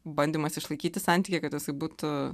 bandymas išlaikyti santykį kad jisai būtų